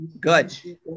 Good